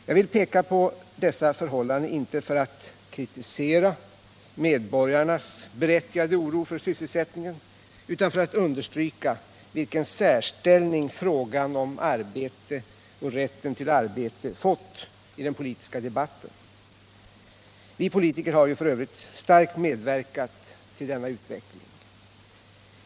Jag visar på dessa förhållanden, inte för att kritisera medborgarnas berättigade oro för sysselsättningen, utan för att understryka vilken särställning rätten till arbete fått i den politiska debatten. Vi politiker har f.ö. starkt medverkat till denna utveckling.